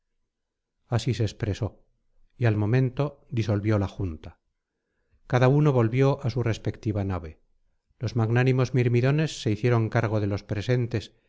así se expresó y al momento disolvió la junta cada uno volvió á su respectiva nave los magnánimos mirmidones se hicieron cargo de los presentes